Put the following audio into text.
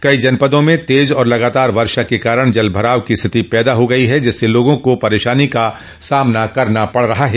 कई जनपदों में तेज और लगातार वर्षा के कारण जल भराव की स्थिति पैदा हो गई है जिससे लोगों को परेशानी का सामना करना पड़ रहा है